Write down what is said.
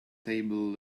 table